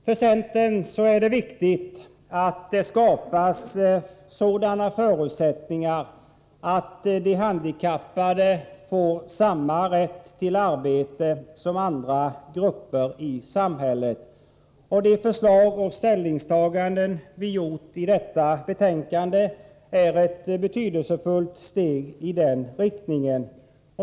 För centern är det viktigt att det skapas sådana förutsättningar att de handikappade får samma rätt till arbete som andra grupper i samhället. De förslag och de ställningstaganden som vi gett uttryck för i detta betänkande är ett betydelsefullt steg i den riktningen.